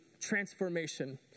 transformation